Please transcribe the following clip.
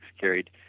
carried